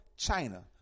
China